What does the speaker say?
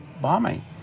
bombing